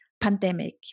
pandemic